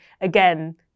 again